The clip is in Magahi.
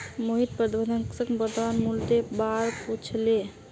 मोहित प्रबंधक स वर्तमान मूलयेर बा र पूछले